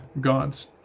gods